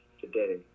today